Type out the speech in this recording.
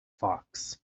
fox